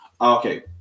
Okay